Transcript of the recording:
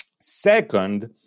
Second